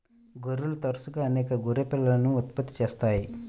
గొర్రెలు తరచుగా అనేక గొర్రె పిల్లలను ఉత్పత్తి చేస్తాయి